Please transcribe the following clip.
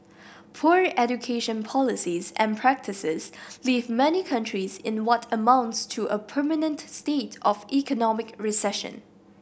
poor education policies and practices leave many countries in what amounts to a permanent state of economic recession